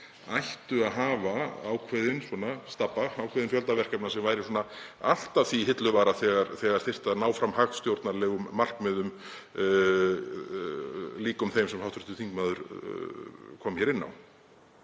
ættu að hafa ákveðinn stabba, ákveðinn fjölda verkefna sem væru allt að því hilluvara þegar þyrfti að ná fram hagstjórnarlegum markmiðum líkum þeim sem hv. þingmaður kom inn á.